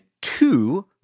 two